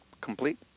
complete